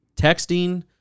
texting